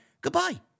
Goodbye